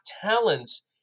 talents